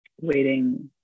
waiting